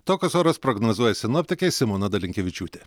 tokius orus prognozuoja sinoptikė simona dalinkevičiūtė